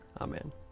Amen